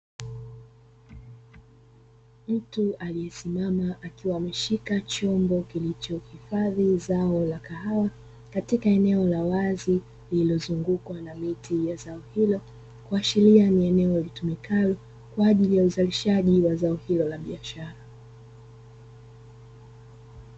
Mtu aliyesimama akiwa ameshika chombo, kilichohifadhi zao la kahawa katika eneo la wazi lililozungukwa na miti ya zao hilo, kuashiria ni eneo litumikalo kwa ajili ya uzalishaji wa zao hilo la biashara.